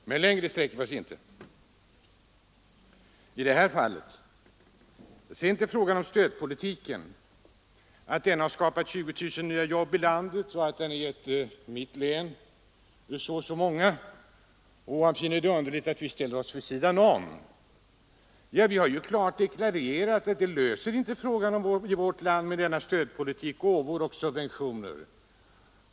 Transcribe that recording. Vidare har herr Nilsson anfört att stödpolitiken skapat 20 000 nya jobb i landet och ett visst antal i mitt län. Han finner det underligt att vi ställer oss vid sidan om stödpolitiken. Jag har klart deklarerat att man inte löser arbetsmarknadsproblemen i vårt land genom denna stödpolitik — med gåvor och subventioner.